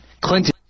Clinton